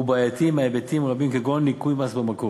והוא בעייתי מהיבטים רבים כגון ניכוי מס במקור,